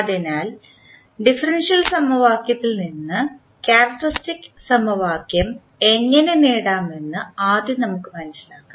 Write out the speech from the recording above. അതിനാൽ ഡിഫറൻഷ്യൽ സമവാക്യത്തിൽ നിന്ന് ക്യാരക്ക്റ്ററിസ്റ്റിക് സമവാക്യം എങ്ങനെ നേടാമെന്ന് ആദ്യം നമുക്ക് മനസ്സിലാക്കാം